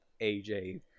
AJ